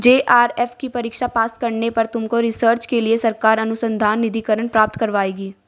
JRF की परीक्षा pass करने पर तुमको रिसर्च के लिए सरकार अनुसंधान निधिकरण प्राप्त करवाएगी